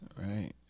Right